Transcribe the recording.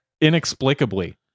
inexplicably